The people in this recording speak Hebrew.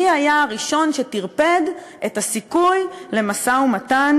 מי היה הראשון שטרפד את הסיכוי למשא-ומתן